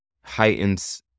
heightens